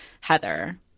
Heather